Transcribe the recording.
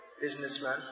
businessman